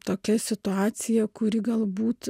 tokia situacija kuri galbūt